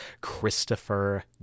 Christopher